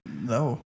No